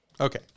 Okay